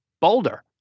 boulder